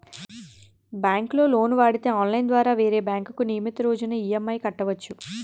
ఒక బ్యాంకులో లోను వాడితే ఆన్లైన్ ద్వారా వేరే బ్యాంకుకు నియమితు రోజున ఈ.ఎం.ఐ కట్టవచ్చు